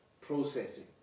processing